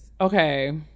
okay